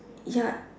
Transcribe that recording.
ya